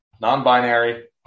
Non-binary